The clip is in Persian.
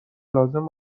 لازم